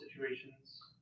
situations